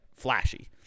flashy